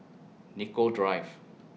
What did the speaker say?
Nicoll Drive